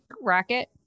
racket